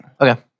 Okay